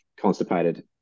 constipated